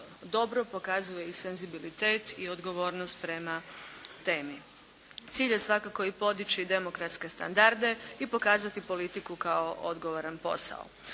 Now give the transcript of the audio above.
dobro pokazuje i senzibilitet i odgovornost prema temi. Cilj je svakako i podići demokratske standarde i pokazati politiku kao odgovoran posao.